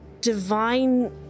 divine